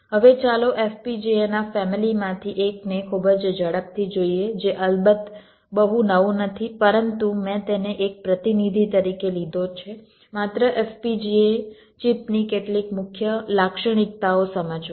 હવે ચાલો FPGA ના ફેમિલી માંથી એકને ખૂબ જ ઝડપથી જોઈએ જે અલબત્ત બહુ નવું નથી પરંતુ મેં તેને એક પ્રતિનિધિ તરીકે લીધો છે માત્ર FPGA ચિપની કેટલીક મુખ્ય લાક્ષણિકતાઓ સમજાવવા માટે